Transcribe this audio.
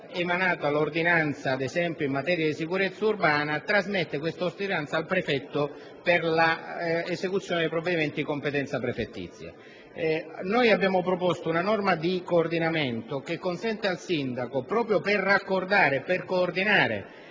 emanata l'ordinanza in materia di sicurezza urbana, trasmetta la suddetta ordinanza al prefetto per l'esecuzione dei provvedimenti di competenza prefettizia. Abbiamo proposto una norma di coordinamento che consente al sindaco, proprio per raccordare le varie